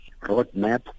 roadmap